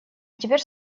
теперь